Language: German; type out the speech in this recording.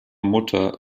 mutter